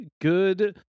good